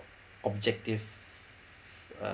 objective uh